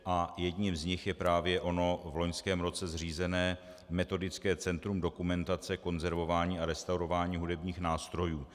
A jedním z nich je právě ono v loňském roce zřízené Metodické centrum dokumentace, konzervování a restaurování hudebních nástrojů.